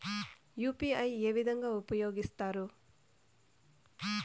UPI ఏ విధంగా ఉపయోగిస్తారు?